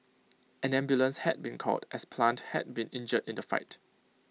an ambulance had been called as plant had been injured in the fight